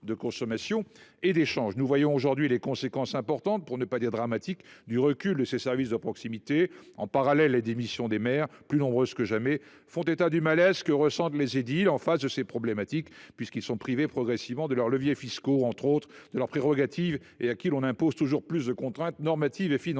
Nous voyons aujourd’hui les conséquences importantes – pour ne pas dire dramatiques – du recul de ces services de proximité. En parallèle, les démissions de maires, plus nombreuses que jamais, font état du malaise que ressentent les édiles au regard de ces problématiques, dans un contexte où ils sont de plus progressivement privés de leurs leviers fiscaux ainsi que de leurs prérogatives, tandis qu’ils sont soumis à toujours plus de contraintes normatives et financières.